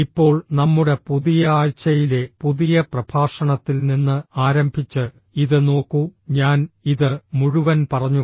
ഇപ്പോൾ നമ്മുടെ പുതിയ ആഴ്ചയിലെ പുതിയ പ്രഭാഷണത്തിൽ നിന്ന് ആരംഭിച്ച് ഇത് നോക്കൂ ഞാൻ ഇത് മുഴുവൻ പറഞ്ഞു